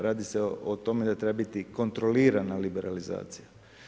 Radi se o tome da treba biti kontrolirana liberalizacija.